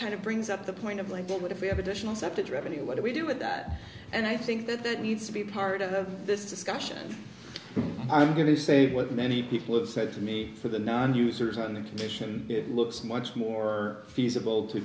kind of brings up the point of like what if we have additional separate revenue what do we do with that and i think that that needs to be part of this discussion i'm going to say what many people have said to me for the non users on the commission it looks much more feasible to